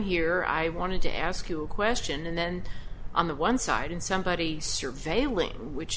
here i wanted to ask you a question and then on the one side in somebody surveilling which